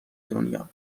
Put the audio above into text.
دنیا